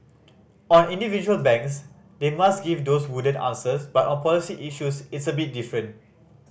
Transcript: on individual banks they must give those wooden answers but on policy issues it's a bit different